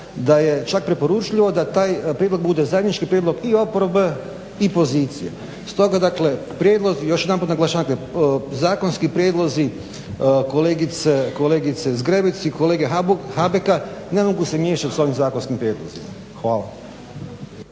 da je čak preporučljivo da taj prijedlog bude zajednički prijedlog i oporbe i pozicije. Stoga dakle prijedlozi, još jedanput naglašavam, zakonski prijedlozi kolegice Zgrebec i kolege Habeka ne mogu se miješat sa ovim zakonskim prijedlozima. Hvala.